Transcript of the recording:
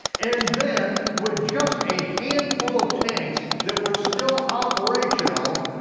and then with just a handful of tanks that were still operational,